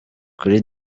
kuri